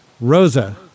Rosa